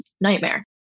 nightmare